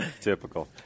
typical